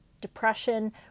depression